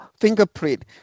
fingerprint